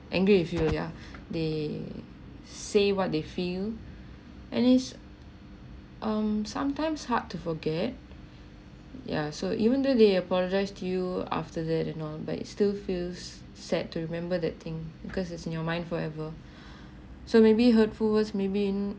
angry if you are yeah they say what they feel at least um sometimes hard to forget yeah so even though they apologize to you after that you know but it still feels sad to remember that thing because it's in your mind forever so maybe hurtful words maybe